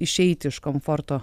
išeiti iš komforto